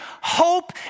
hope